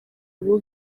ubu